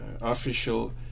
official